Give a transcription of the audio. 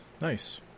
nice